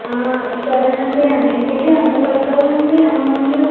సరేనండి అన్నింటికీ ఎంత పడుతుందండి అమౌంటు